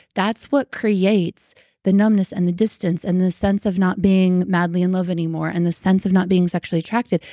that's what creates the numbness and the distance and the sense of not being madly in love more and the sense of not being sexually attracted.